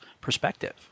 perspective